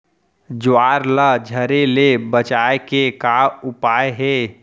ज्वार ला झरे ले बचाए के का उपाय हे?